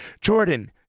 Jordan